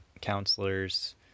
counselors